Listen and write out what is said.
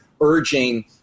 urging